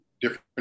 different